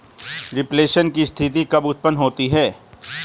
Reflation की स्थिति कब उत्पन्न होती है?